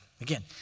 Again